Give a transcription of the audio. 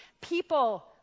people